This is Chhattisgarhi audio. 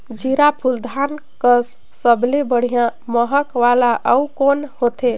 जीराफुल धान कस सबले बढ़िया महक वाला अउ कोन होथै?